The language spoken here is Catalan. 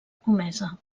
comesa